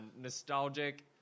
nostalgic